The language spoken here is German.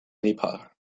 nepal